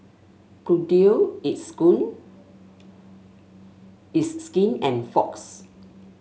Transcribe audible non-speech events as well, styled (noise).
Bluedio it's (unintelligible) It's Skin and Fox